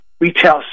retail